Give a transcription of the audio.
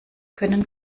können